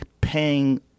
paying